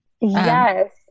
Yes